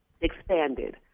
expanded